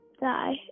die